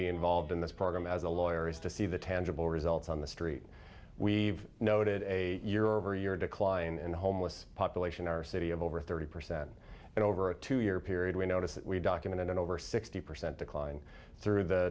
be involved in this program as a lawyer is to see the tangible results on the street we've noted a year over year decline in the homeless population our city of over thirty percent and over a two year period we notice that we documented over sixty percent decline through the